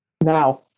Now